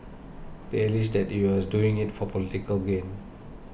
they alleged that he was doing it for political gain